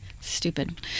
stupid